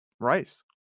rice